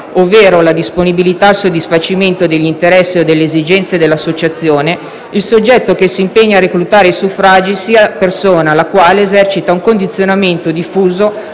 ovvero la disponibilità al soddisfacimento degli interessi o delle esigenze dell'associazione, il soggetto che s'impegna a reclutare i suffragi sia persona la quale esercita un condizionamento diffuso